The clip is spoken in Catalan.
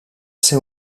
ser